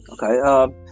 okay